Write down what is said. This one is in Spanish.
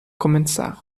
comenzar